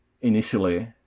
initially